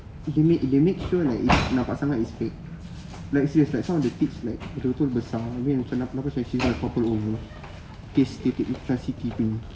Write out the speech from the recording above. they made they make sure like it's nampak sangat is fake like serious that's how on the tips like betul-betul besar habis macam she gonna topple over kes like siti punya